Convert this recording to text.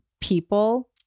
people